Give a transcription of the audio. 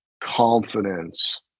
confidence